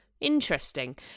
Interesting